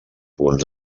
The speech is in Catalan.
punts